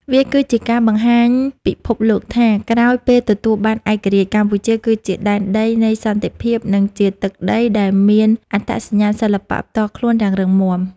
វាគឺជាការបង្ហាញពិភពលោកថា ក្រោយពេលទទួលបានឯករាជ្យ កម្ពុជាគឺជាដែនដីនៃសន្តិភាព និងជាទឹកដីដែលមានអត្តសញ្ញាណសិល្បៈផ្ទាល់ខ្លួនយ៉ាងរឹងមាំ។